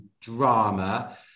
drama